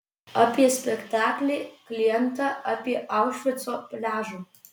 apie spektaklį klientą apie aušvico pliažą